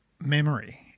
memory